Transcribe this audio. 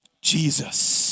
Jesus